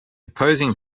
opposing